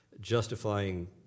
justifying